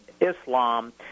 Islam